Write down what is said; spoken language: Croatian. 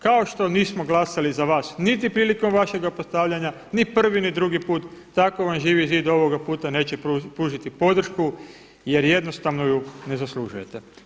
Kao što nismo glasali za vas niti prilikom vašega postavljanja, ni prvi ni drugi put, tako vam Živi zid ovoga puta neće pružiti podršku jer jednostavno ju ne zaslužujete.